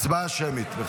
הצבעה שמית.